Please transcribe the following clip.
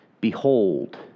behold